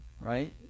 right